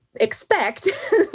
expect